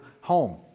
home